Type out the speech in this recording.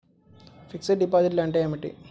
Fixed డిపాజిట్లు అంటే ఏమిటి?